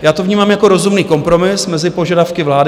Já to vnímám jako rozumný kompromis mezi požadavky vlády.